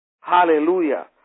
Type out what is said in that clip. Hallelujah